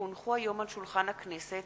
כי הונחו היום על שולחן הכנסת,